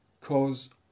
cause